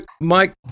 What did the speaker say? Mike